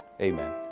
Amen